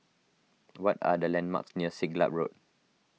what are the landmarks near Siglap Road